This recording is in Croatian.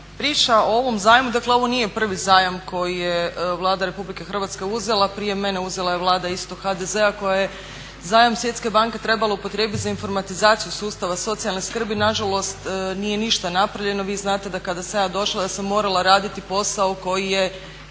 priča o ovom zajmu, dakle ovo nije prvi zajam koji je Vlada Republike Hrvatske uzela, prije mene uzela je Vlada isto HDZ-a koja je zajam Svjetske banke trebala upotrijebiti za informatizaciju sustava socijalne skrbi. Nažalost, nije ništa napravljeno. Vi znate da kada sam ja došla da sam morala raditi posao koji je